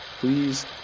Please